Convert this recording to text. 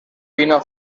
pino